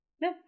No